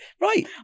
Right